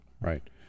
Right